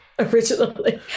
originally